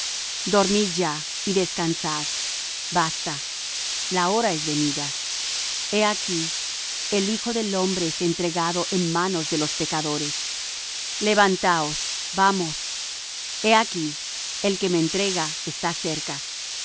dormid ya y descansad basta la hora es venida he aquí el hijo del hombre es entregado en manos de los pecadores levantaos vamos he aquí el que me entrega está cerca